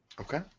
Okay